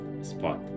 spot